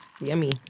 yummy